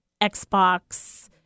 Xbox